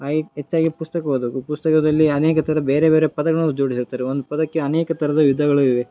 ಹಾಗಾಗಿ ಹೆಚ್ಚಾಗಿ ಪುಸ್ತಕ ಓದಬೇಕು ಪುಸ್ತಕದಲ್ಲಿ ಅನೇಕ ಥರ ಬೇರೆ ಬೇರೆ ಪದಗಳನ್ನು ಜೋಡಿಸುತ್ತಾರೆ ಒಂದು ಪದಕ್ಕೆ ಅನೇಕ ಥರದ ವಿಧಗಳು ಇವೆ